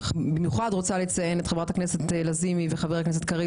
במיוחד אני רוצה לציין את חברת הכנסת לזימי וחבר הכנסת קריב